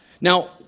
Now